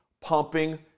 pumping